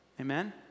Amen